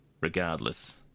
regardless